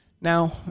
Now